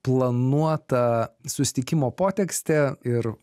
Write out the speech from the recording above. planuota susitikimo potekstė ir